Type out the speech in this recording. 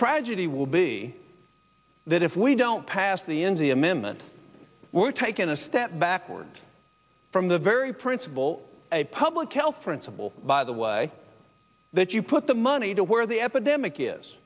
tragedy will be that if we don't pass the enzi amendment we're taking a step backwards from the very principle a public health principle by the way that you put the money to where the epidemic is